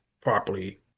properly